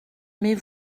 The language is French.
mais